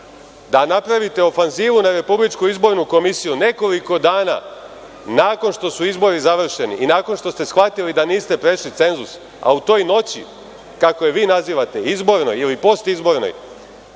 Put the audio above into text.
da napravite ofanzivu na RIK nekoliko dana nakon što su izbori završeni, nakon što ste shvatili da niste prešli cenzus, a u toj noći, kako je vi nazivate, izbornoj ili postizbornoj,